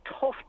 tough